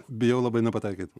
bijau labai nepataikyt